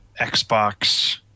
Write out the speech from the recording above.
Xbox